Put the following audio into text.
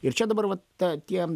ir čia dabar vat tą tie